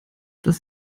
dass